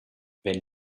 wenn